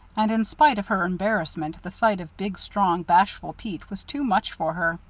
and in spite of her embarrassment the sight of big, strong, bashful pete was too much for her.